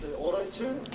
auto-tune.